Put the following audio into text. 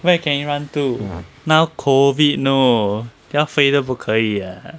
where can he run to now COVID know 要飞都不可以